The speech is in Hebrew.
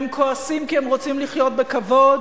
הם כועסים כי הם רוצים לחיות בכבוד